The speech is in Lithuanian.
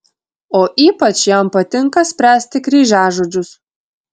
o ypač jam patinka spręsti kryžiažodžius